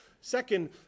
Second